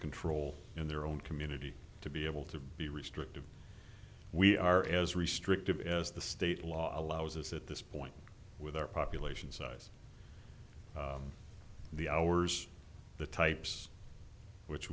control in their own community to be able to be restrictive we are as restrictive as the state law allows us at this point with our population size the hours the types which